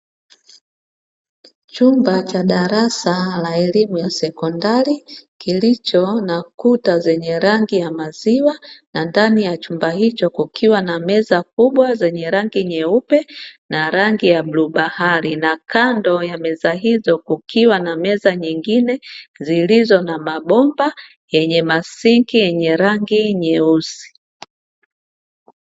Chumba cha darasa la elimu ya sekondari, kilicho na kuta zenye rangi ya maziwa na ndani ya chumba hicho kukiwa na meza kubwa zenye rangi nyeupe na rangi ya bluu bahari, na kando ya meza hizo kukiwa na meza nyingine zilizo na mabomba yenye masinki yenye rangi nyeusi.